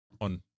on